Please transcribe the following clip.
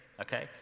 okay